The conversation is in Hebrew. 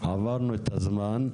עברנו את הזמן.